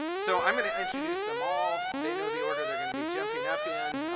so i'm going to introduce them all. they know the order they're going to be jumping up in,